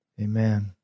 Amen